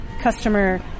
customer